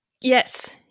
Yes